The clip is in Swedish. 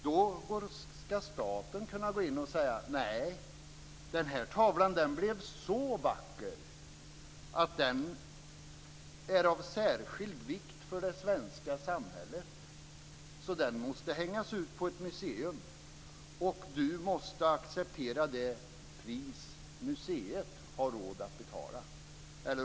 Då skall staten kunna gå in och säga: Nej, den här tavlan blev så vacker att den är av särskild vikt för det svenska samhället, så den måste hängas ut på ett museum, och du måste acceptera det pris museet har råd att betala.